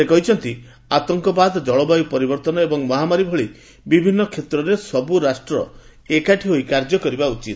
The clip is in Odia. ସେ କହିଛନ୍ତି ଆତଙ୍କବାଦ ଜଳବାୟୁ ପରିବର୍ତ୍ତନ ଏବଂ ମହାମାରୀ ଭଳି ବିଭିନ୍ନ କ୍ଷେତ୍ରରେ ସବୁ ରାଷ୍ଟ୍ର ଏକାଠି ହୋଇ କାର୍ଯ୍ୟ କରିବା ଉଚିତ